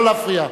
לא להפריע.